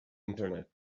internet